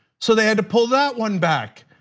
so they had to pull that one back,